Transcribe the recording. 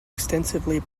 extensively